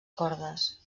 cordes